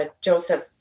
Joseph